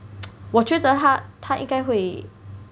我觉得他他应该会